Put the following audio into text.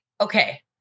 okay